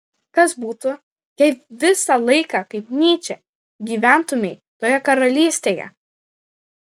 kas būtų jei visą laiką kaip nyčė gyventumei toje karalystėje